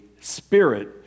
spirit